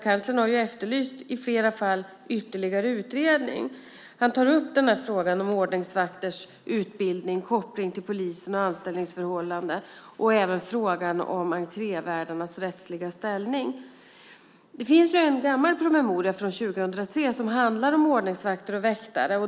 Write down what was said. Kanslern har i flera fall efterlyst ytterligare utredning. Han tar upp frågan om ordningsvakters utbildning, koppling till polisen och anställningsförhållanden och även frågan om entrévärdarnas rättsliga ställning. Det finns en gammal promemoria från 2003 som handlar om ordningsvakter och väktare.